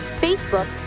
Facebook